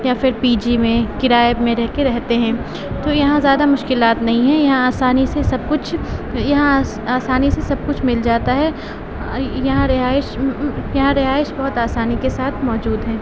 یا پھر P G میں کرائے میں رہ کے رہتے ہیں تو یہاں زیادہ مشکلات نہیں ہیں یہاں آسانی سے سب کچھ یہاں آسانی سے سب کچھ مل جاتا ہے یہاں رہائش یہاں رہائش بہت آسانی کے ساتھ موجود ہے